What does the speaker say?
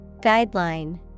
Guideline